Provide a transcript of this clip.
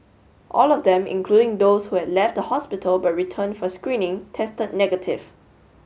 all of them including those who had left the hospital but returned for screening tested negative